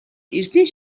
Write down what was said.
эрдэнэ